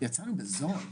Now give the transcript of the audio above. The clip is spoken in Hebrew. יצאנו בזול,